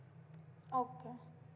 okay